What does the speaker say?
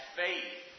faith